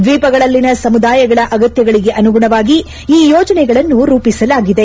ದ್ವೀಪಗಳಲ್ಲಿನ ಸಮುದಾಯಗಳ ಅಗತ್ಯಗಳಿಗೆ ಅನುಗುಣವಾಗಿ ಈ ಯೋಜನೆಗಳನ್ನು ರೂಪಿಸಲಾಗಿದೆ